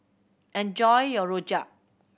enjoy your rojak